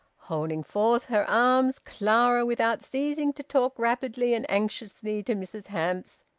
holding forth her arms, clara, without ceasing to talk rapidly and anxiously to mrs hamps,